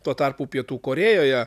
tuo tarpu pietų korėjoje